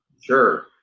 sure